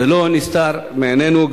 ולא נסתר מעינינו,